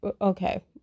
okay